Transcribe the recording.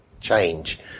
change